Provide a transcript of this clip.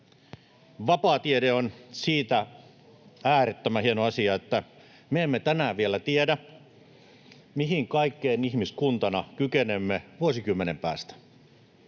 Vapaa tiede on siitä äärettömän hieno asia, että me emme tänään vielä tiedä, mihin kaikkeen ihmiskuntana kykenemme vuosikymmenen päästä.